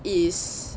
is